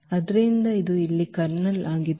ಆದ್ದರಿಂದ ಇದು ಇಲ್ಲಿ ಕರ್ನಲ್ ಆಗಿದೆ